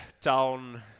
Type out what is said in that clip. town